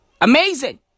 Amazing